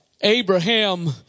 Abraham